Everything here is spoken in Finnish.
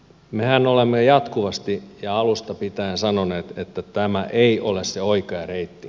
mehän olemme jatkuvasti ja alusta pitäen sanoneet että tämä ei ole se oikea reitti